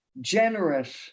generous